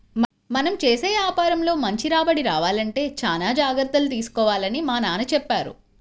మనం చేసే యాపారంలో మంచి రాబడి రావాలంటే చానా జాగర్తలు తీసుకోవాలని మా నాన్న చెప్పారు